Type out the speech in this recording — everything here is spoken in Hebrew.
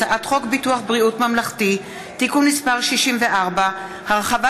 הצעת חוק ביטוח בריאות ממלכתי (תיקון מס' 64) (הרחבת